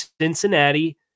Cincinnati